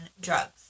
drugs